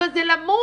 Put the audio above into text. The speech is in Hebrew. אבל זה למות.